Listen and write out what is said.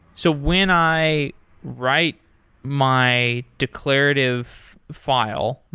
so when i write my declarative file,